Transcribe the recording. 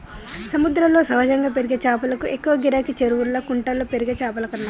సముద్రాల్లో సహజంగా పెరిగే చాపలకు ఎక్కువ గిరాకీ, చెరువుల్లా కుంటల్లో పెరిగే చాపలకన్నా